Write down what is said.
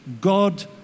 God